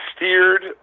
Steered